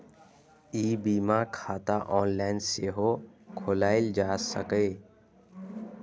ई बीमा खाता ऑनलाइन सेहो खोलाएल जा सकैए